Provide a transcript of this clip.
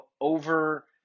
over